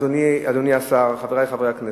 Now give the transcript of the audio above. אדוני השר, חברי חברי הכנסת,